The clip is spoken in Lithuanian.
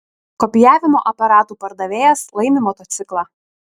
kopijavimo aparatų pardavėjas laimi motociklą